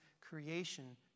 creation